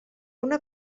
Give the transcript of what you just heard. una